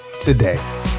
today